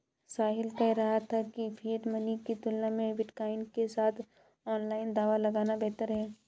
साहिल कह रहा था कि फिएट मनी की तुलना में बिटकॉइन के साथ ऑनलाइन दांव लगाना बेहतर हैं